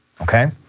okay